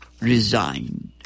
resigned